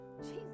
Jesus